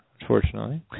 unfortunately